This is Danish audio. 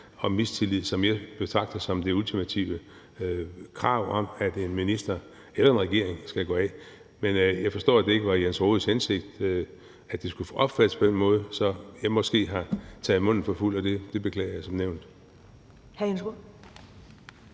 til mistillid, som mere betragtes som det ultimative, nemlig som et krav om, at en minister eller en regering skal gå af. Men jeg forstår, at det ikke var Jens Rohdes hensigt, at det skulle opfattes på den måde. Så jeg har måske taget munden for fuld, og det beklager jeg som nævnt.